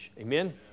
Amen